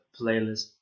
playlist